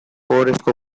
ohorezko